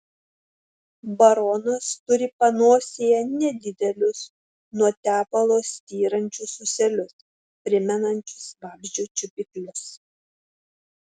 baronas turi panosėje nedidelius nuo tepalo styrančius ūselius primenančius vabzdžio čiupiklius